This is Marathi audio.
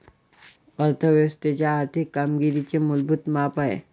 अर्थ व्यवस्थेच्या आर्थिक कामगिरीचे मूलभूत माप आहे